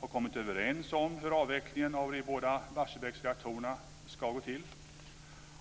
har kommit överens om hur avvecklingen av de båda Barsebäcksreaktorerna ska gå till.